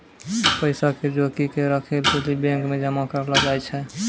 पैसा के जोगी क राखै लेली बैंक मे जमा करलो जाय छै